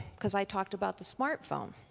because i talked about the smart phone.